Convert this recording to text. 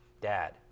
Dad